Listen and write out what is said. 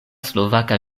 slovaka